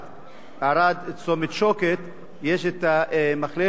יש המחלף או כיכר בכניסה לכסייפה,